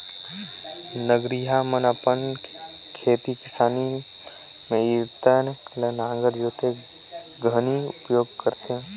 नगरिहा मन अपन खेती किसानी मे इरता ल नांगर जोतत घनी उपियोग करथे